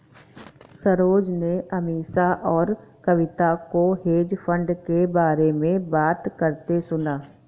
सरोज ने अमीषा और कविता को हेज फंड के बारे में बात करते सुना